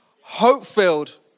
Hope-filled